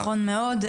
נכון מאוד.